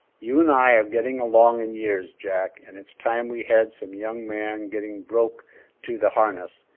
you and i are getting along in years, jack, and it's time we had some young man getting broke to the harness,